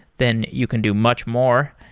then you can do much more.